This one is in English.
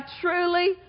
truly